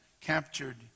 captured